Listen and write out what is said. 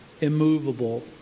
immovable